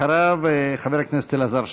אחריו, חבר הכנסת אלעזר שטרן.